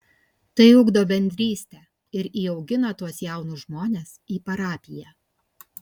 tai ugdo bendrystę ir įaugina tuos jaunus žmones į parapiją